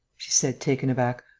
she said, taken aback,